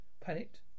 Panicked